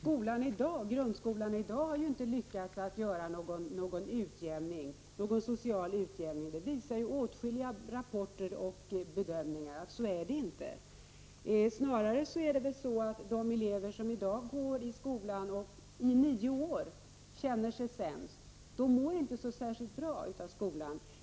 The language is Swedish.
Fru talman! Grundskolan av i dag har inte lyckats göra någon social utjämning — det visar åtskilliga rapporter och bedömningar. Snarare är det väl så att de elever som i dag går i skolan och i nio år känner sig sämst inte mår så särskilt bra av skolan.